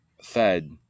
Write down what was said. fed